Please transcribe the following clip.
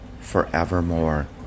forevermore